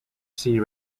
sea